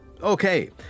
Okay